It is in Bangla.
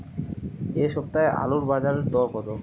এ সপ্তাহে আলুর বাজার দর কত?